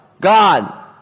God